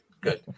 good